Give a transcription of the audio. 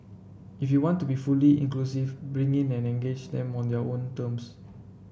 if you want to be fully inclusive bring in and engage them on their own terms